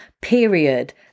period